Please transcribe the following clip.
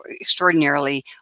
extraordinarily